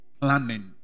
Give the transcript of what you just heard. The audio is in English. planning